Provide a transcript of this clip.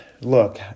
look